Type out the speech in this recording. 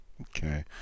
Okay